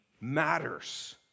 matters